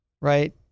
right